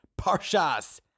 Parshas